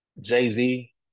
Jay-Z